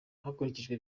hakurikijwe